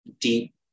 deep